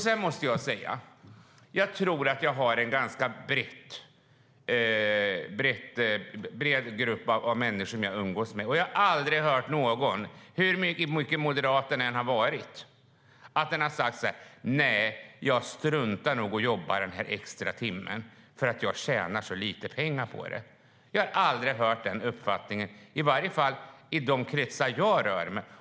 Det är en ganska bred grupp av människor som jag umgås med, men jag har aldrig hört någon, hur mycket moderat den än varit, som sagt: Nej, jag struntar nog i att jobba den där extra timmen, för jag tjänar så lite pengar på det. Jag har aldrig hört den uppfattningen, i varje fall inte i de kretsar jag rör mig i.